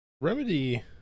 Remedy